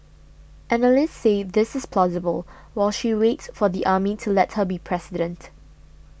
analysts say this is plausible while she waits for the army to let her be president